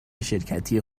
شرکتی